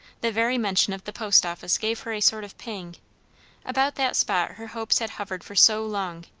the very mention of the post office gave her a sort of pang about that spot her hopes had hovered for so long,